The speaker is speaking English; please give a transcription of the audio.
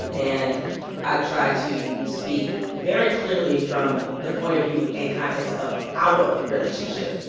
and i try to speak very clearly from the point of view and context of our relationship.